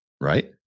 Right